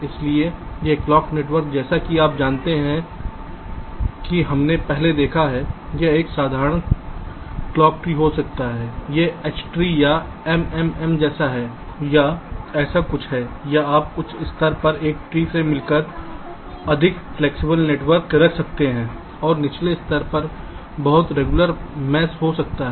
इसलिए यह clock network जैसा कि आप जानते हैं कि हमने पहले देखा है यह एक साधारण क्लॉक ट्री हो सकता है यह H ट्री या MMM जैसा है या ऐसा कुछ है या आप उच्च स्तर पर एक ट्री से मिलकर अधिक फ्लैक्सिबल नेटवर्क रख सकते हैं और निचले स्तर पर बहुत रेगुलर मैश हो सकता है